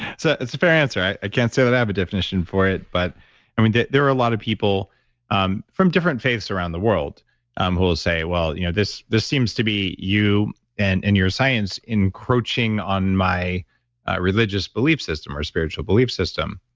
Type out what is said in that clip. so it's a fair answer. i i can't say that i have a definition for it, but i mean, there there are a lot of people um from different faiths around the world um who will say, well, you know this this seems to be you and and your science encroaching on my religious belief system or spiritual belief system.